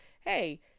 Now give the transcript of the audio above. Hey